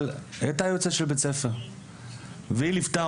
אבל היא הייתה יועצת של בית הספר והיא ליוותה